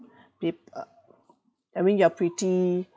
peop~ uh I mean you're pretty